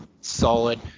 solid